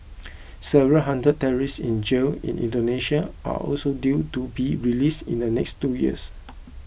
several hundred terrorists in jail in Indonesia are also due to be released in the next two years